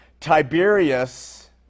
Tiberius